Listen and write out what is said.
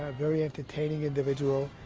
very entertaining individual,